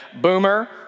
Boomer